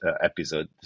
episode